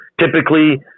typically